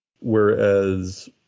whereas